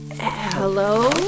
Hello